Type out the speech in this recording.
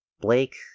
Blake